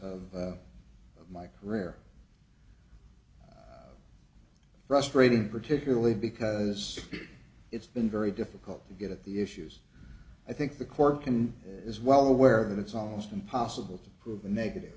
of of my rare frustrating particularly because it's been very difficult to get at the issues i think the court can is well aware that it's almost impossible to prove a negative